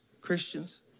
Christians